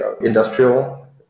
industrial